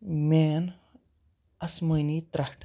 main اسمٲنی ترٛٹھ